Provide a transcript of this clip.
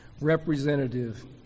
representative